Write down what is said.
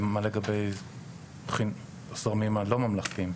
מה לגבי הזרמים הלא ממלכתיים?